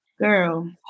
Girl